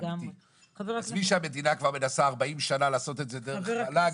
עזבי שהמדינה כבר מנסה 40 שנה לעשות את זה דרך רל"ג,